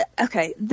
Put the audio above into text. Okay